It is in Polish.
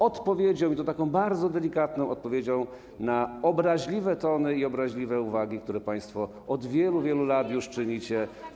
odpowiedzią, i to taką bardzo delikatną odpowiedzią, na obraźliwe tony i obraźliwe uwagi, które państwo od wielu, wielu lat już czynicie.